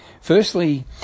Firstly